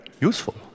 useful